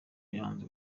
yanze